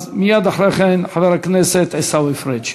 אז מייד אחרי כן חבר הכנסת עיסאווי פריג',